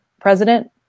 president